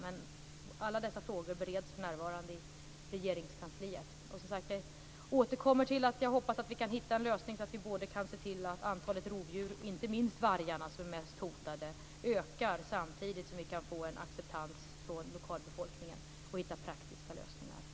Men alla dessa frågor bereds för närvarande i Regeringskansliet. Som sagt, jag återkommer till att jag hoppas att vi kan hitta en lösning så att vi både kan se till att antalet rovdjur, inte minst vargarna som är mest hotade, ökar samtidigt som vi kan få en acceptans från lokalbefolkningen och hitta praktiska lösningar.